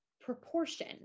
proportion